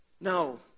No